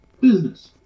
business